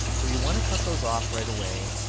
so you want to cut those off right away.